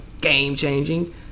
game-changing